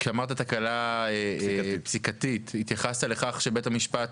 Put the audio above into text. כשאמרת תקלה פסיקתית התייחסת לך שבית המשפט